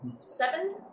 Seven